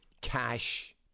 cash